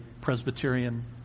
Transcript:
Presbyterian